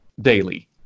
daily